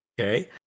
Okay